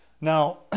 Now